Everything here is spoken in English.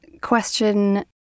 question